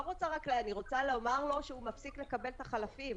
רוצה רק אני רוצה לומר לו שהוא מפסיק לקבל את החלפים.